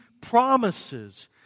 promises